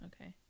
Okay